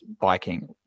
biking